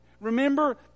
Remember